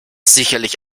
sicherlich